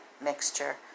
mixture